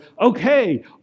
okay